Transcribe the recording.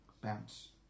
bounce